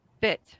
bit